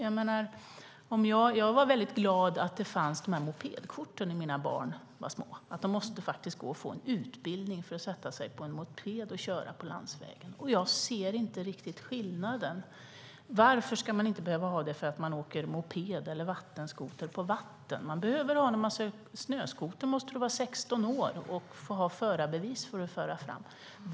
Jag var väldigt glad att det fanns mopedkort när mina barn var små. De var tvungna att gå och få en utbildning för att sätta sig på en moped och köra på landsvägen, och jag ser inte riktigt skillnaden. Varför ska man inte behöva ha det för att man åker moped eller vattenskoter på vatten? För att föra fram snöskoter måste du vara 16 år och ha förarbevis.